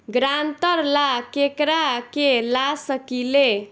ग्रांतर ला केकरा के ला सकी ले?